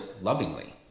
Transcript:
lovingly